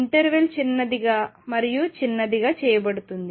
interval చిన్నదిగా మరియు చిన్నదిగా చేయబడుతుంది